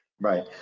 Right